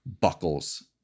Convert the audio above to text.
Buckles